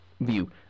view